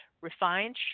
refined